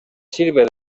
sirve